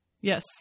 Yes